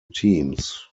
teams